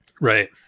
Right